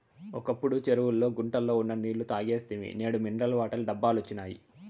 ఒకప్పుడు చెరువుల్లో గుంటల్లో ఉన్న నీళ్ళు తాగేస్తిమి నేడు మినరల్ వాటర్ డబ్బాలొచ్చినియ్